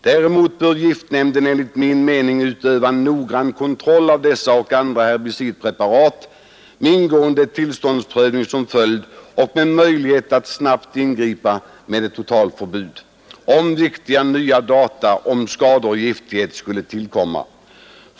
Däremot bör Giftnämnden enligt min mening utöva en noggrann konroll av dessa och andra herbicidpreparat med ingående tillståndsprövning som följd och med möjlighet att snabbt ingripa med totalförbud, om viktiga nya data om skador och giftighet skulle tillkomma.